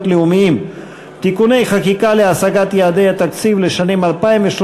לאומיים (תיקוני חקיקה להשגת יעדי התקציב לשנים 2013